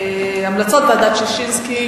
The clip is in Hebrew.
המלצות ועדת-ששינסקי,